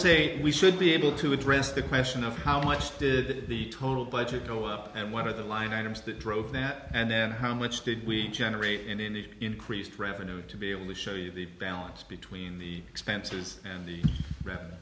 that we should be able to address the question of how much did the total budget go up and went to the line items that drove that and then how much did we generate and indeed increased revenues to be able to show you the balance between the expenses and the